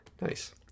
Nice